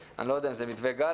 אני לא יודע אם זה מתווה גלנט,